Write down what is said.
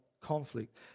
conflict